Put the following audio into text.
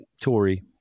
Tory